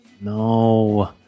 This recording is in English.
No